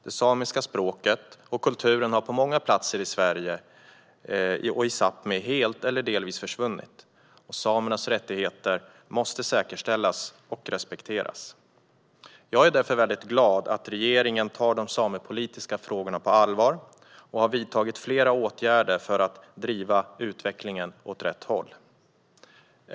Det samiska språket och kulturen har försvunnit helt eller delvis på många platser i Sverige och i Sápmi. Samernas rättigheter måste säkerställas och respekteras. Jag är därför glad att regeringen tar de samepolitiska frågorna på allvar och att den har vidtagit flera åtgärder för att driva utvecklingen åt rätt håll.